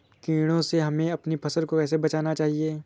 कीड़े से हमें अपनी फसल को कैसे बचाना चाहिए?